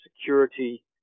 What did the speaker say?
security